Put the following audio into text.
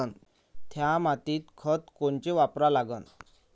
थ्या मातीत खतं कोनचे वापरा लागन?